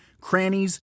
crannies